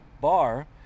bar